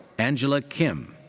angela kim.